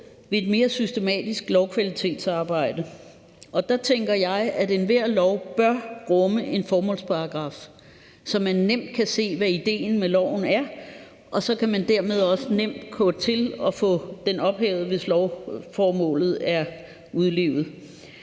ved lidt mere systematisk lovkvalitetsarbejde, og der tænker jeg, at enhver lov bør rumme en formålsparagraf, så man nemt kan se hvad idéen med loven er, og så kan man dermed også nemt gå til at få den ophævet, hvis formålet med loven